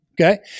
Okay